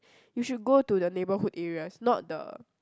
you should go to the neighbourhood areas not the